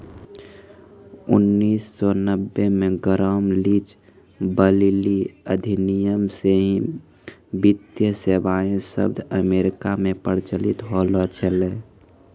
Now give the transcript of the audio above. उन्नीस सौ नब्बे मे ग्राम लीच ब्लीली अधिनियम से ही वित्तीय सेबाएँ शब्द अमेरिका मे प्रचलित होलो छलै